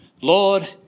Lord